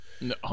No